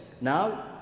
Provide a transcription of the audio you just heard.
now